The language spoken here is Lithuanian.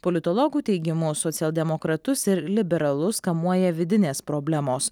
politologų teigimu socialdemokratus ir liberalus kamuoja vidinės problemos